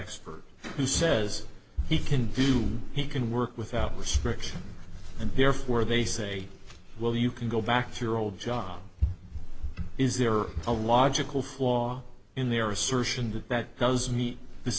expert who says he can do he can work without prescription and therefore they say well you can go back to your old job is there a logical flaw in their assertion that t